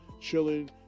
chilling